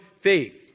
faith